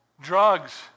drugs